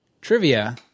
Trivia